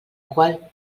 qual